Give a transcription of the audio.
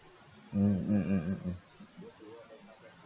mm mm mm mm